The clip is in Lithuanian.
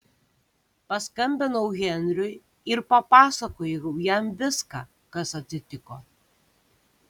paskambinau henriui ir papasakojau jam viską kas atsitiko